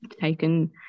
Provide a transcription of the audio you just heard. taken